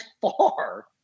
far